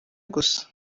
gusa